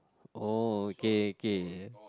oh okay okay